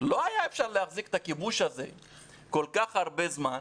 לא היה אפשר להחזיק את הכיבוש הזה כל כך הרבה זמן.